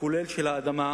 הכולל של האדמות